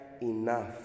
enough